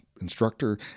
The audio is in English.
instructor